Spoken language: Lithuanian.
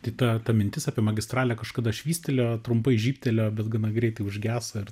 tai ta ta mintis apie magistralę kažkada švystelėjo trumpai žybtelėjo bet gana greitai užgeso ir